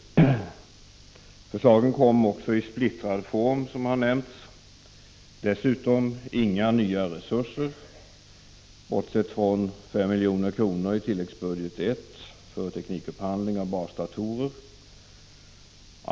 Förslagen kom också i splittrad form, som har nämnts. Dessutom inga nya resurser, bortsett från 5 milj.kr. i tilläggsbudget I för teknikupphandling av basdatorer.